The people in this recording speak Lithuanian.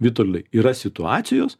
vitoldai yra situacijos